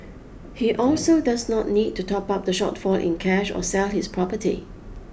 he also does not need to top up the shortfall in cash or sell his property